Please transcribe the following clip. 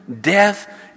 death